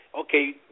okay